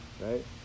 right